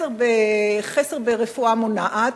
חסר ברפואה מונעת,